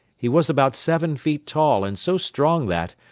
he was about seven feet tall and so strong that,